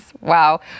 Wow